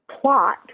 plot